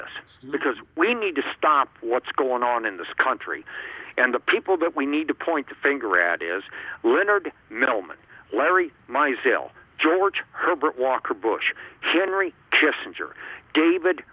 this because we need to stop what's going on in this country and the people that we need to point the finger at is leonard millman larry my zeal george herbert walker bush general kissinger david